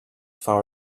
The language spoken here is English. far